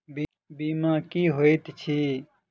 बीमा की होइत छी?